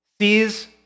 sees